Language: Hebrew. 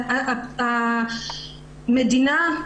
והמדינה,